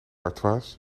artois